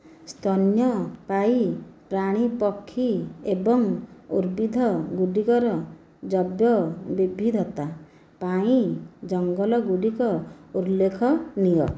ସ୍ତନ୍ୟପାୟୀ ପ୍ରାଣୀ ପକ୍ଷୀ ଏବଂ ଉଦ୍ଭିଦଗୁଡ଼ିକର ଜୈବ ବିବିଧତା ପାଇଁ ଜଙ୍ଗଲଗୁଡ଼ିକ ଉଲ୍ଲେଖନୀୟ